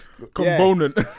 Component